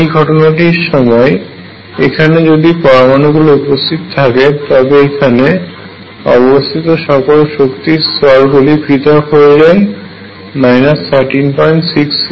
এই ঘটনার সময় এখানে যদি পরামানু গুলো উপস্থিত থাকে তবে এখানে অবস্থিত সকল শক্তি স্তর গুলি পৃথক হয়ে যায় 136 এ